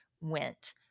went